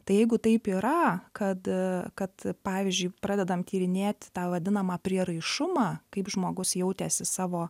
tai jeigu taip yra kad kad pavyzdžiui pradedam tyrinėt tą vadinamą prieraišumą kaip žmogus jautėsi savo